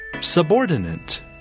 Subordinate